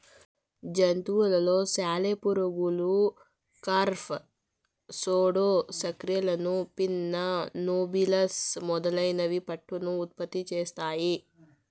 జంతువులలో సాలెపురుగులు, కార్ఫ్, సూడో స్కార్పియన్లు, పిన్నా నోబిలస్ మొదలైనవి పట్టును ఉత్పత్తి చేస్తాయి